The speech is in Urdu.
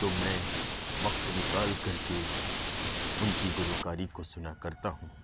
تو میں وقت نکال کر کے ان کی گلوکاری کو سنا كرتا ہوں